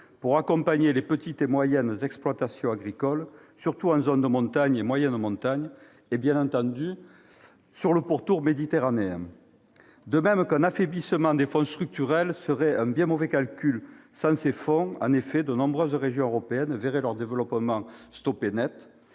pour accompagner les petites et moyennes exploitations agricoles, surtout en zones de montagne et de moyenne montagne et, bien entendu, sur le pourtour méditerranéen. De même, un affaiblissement des fonds structurels serait un bien mauvais calcul. Sans ceux-ci, en effet, de nombreuses régions européennes verraient leur développement stoppé net.